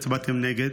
והצבעתם נגד.